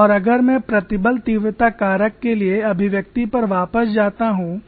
और अगर मैं प्रतिबल तीव्रता कारक के लिए अभिव्यक्ति पर वापस जाता हूं